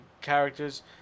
characters